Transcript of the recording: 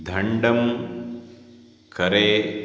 धण्डं करे